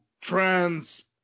trans